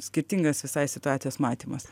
skirtingas visai situacijos matymas